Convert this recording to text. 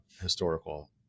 historical